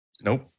Nope